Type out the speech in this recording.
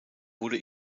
wurde